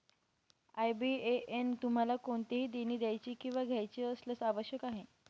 IBAN तुम्हाला कोणतेही देणी द्यायची किंवा घ्यायची असल्यास आवश्यक आहे